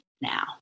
now